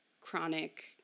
chronic